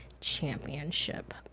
Championship